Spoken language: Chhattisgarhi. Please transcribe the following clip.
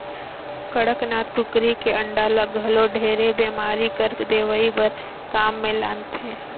कड़कनाथ कुकरी के अंडा ल घलो ढेरे बेमारी कर दवई बर काम मे लानथे